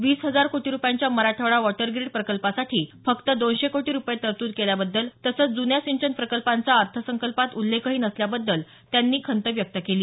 वीस हजार कोटी रुपयांच्या मराठवाडा वॉटर ग्रीड प्रकल्पासाठी फक्त दोनशे कोटी रुपये तरतूद केल्याबद्दल तसंच जुन्या सिंचन प्रकल्पांचा अर्थसंकल्पात उल्लेखही नसल्याबद्दल त्यांनी खंत व्यक्त केली